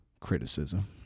criticism